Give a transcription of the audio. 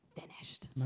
finished